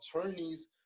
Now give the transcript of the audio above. attorneys